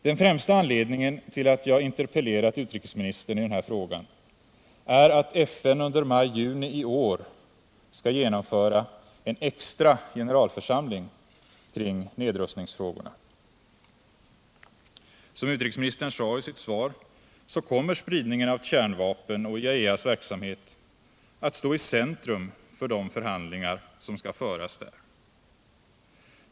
Den främsta anledningen till att jag interpellerat utrikesministern i den här frågan är att FN under maj-juni i år skall genomföra en extra generalförsamling kring nedrustningsfrågorna. Som utrikesministern sade i sitt svar kommer spridningen av kärnvapen och IAEA:s verksamhet att stå i centrum för de förhandlingar som skall föras där.